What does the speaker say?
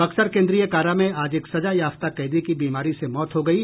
बक्सर केन्द्रीय कारा में आज एक सजायाफ्ता कैदी की बीमारी से मौत हो गयी